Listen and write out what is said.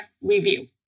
review